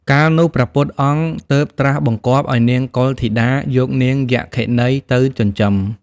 កាលនោះ ព្រះពុទ្ធអង្គ ទើបត្រាស់បង្គាប់ឲ្យនាងកុលធីតាយកនាងយក្ខិនីទៅចិញ្ចឹម។